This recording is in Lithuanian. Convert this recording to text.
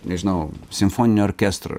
nežinau simfoninio orkestro